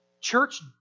church